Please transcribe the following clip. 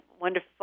wonderful